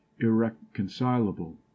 irreconcilable